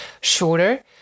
shorter